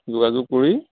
যোগাযোগ কৰি